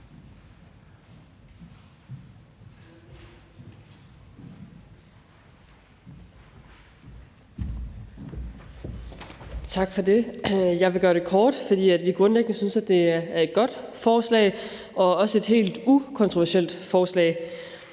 Tak for det. Jeg vil gøre det kort, for vi synes grundlæggende, det er et godt og også et helt ukontroversielt forslag.